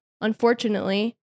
unfortunately